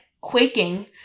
quaking